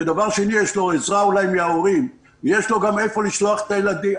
ושנית יש לו אולי עזרה מן ההורים ויש לו לאן לשלוח את הילדים,